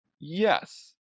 Yes